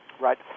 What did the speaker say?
Right